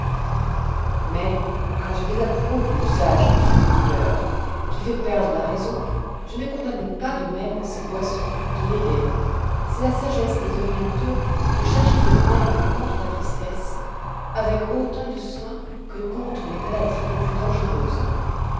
mais quand je désapprouve l'usage de cette liqueur qui fait perdre la raison je ne condamne pas de même ces boissons qui l'égayent c'est la sagesse des orientaux de chercher des remèdes contre la tristesse avec autant de soin que contre les maladies les plus dangereuses